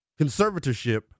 conservatorship